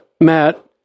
Matt